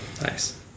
Nice